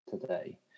today